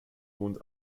grund